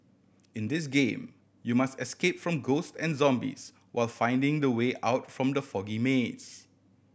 in this game you must escape from ghost and zombies while finding the way out from the foggy maze